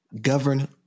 govern